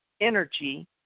energy